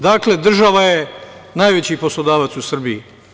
Dakle, država je najveći poslodavac u Srbiji.